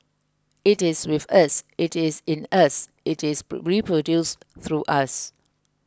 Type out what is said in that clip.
it is with us it is in us it is reproduced through us